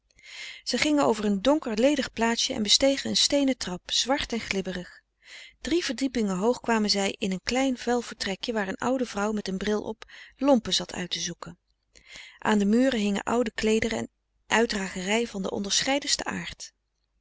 zij gingen over een donker ledig plaatsje en bestegen een steenen trap zwart en glibberig drie verdiepingen hoog kwamen zij in een klein vuil vertrekje waar een oude vrouw met een bril op lompen zat uit te zoeken aan de muren hingen oude kleederen en uitdragerij van den